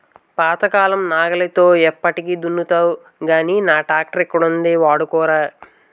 పాతకాలం నాగలితో ఎప్పటికి దున్నుతావ్ గానీ నా ట్రాక్టరక్కడ ఉంది వాడుకోరా